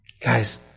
Guys